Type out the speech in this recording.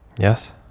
Yes